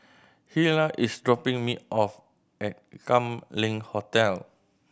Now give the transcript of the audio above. Hilah is dropping me off at Kam Leng Hotel